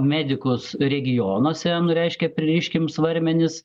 medikus regionuose nu reiškia pririškim svarmenis